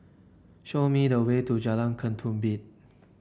show me the way to Jalan Ketumbit